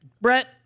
Brett